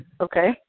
Okay